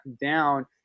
down